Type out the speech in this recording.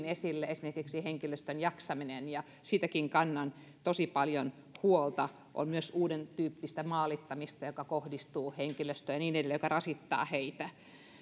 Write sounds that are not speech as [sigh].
[unintelligible] esille esimerkiksi henkilöstön jaksaminen ja siitäkin kannan tosi paljon huolta on myös uudentyyppistä maalittamista joka kohdistuu henkilöstöön ja niin edelleen ja joka rasittaa heitä